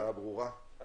עד